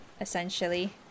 essentially